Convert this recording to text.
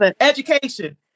Education